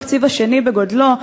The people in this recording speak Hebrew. התקציב השני בגודלו,